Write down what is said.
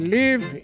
live